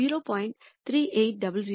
2275 0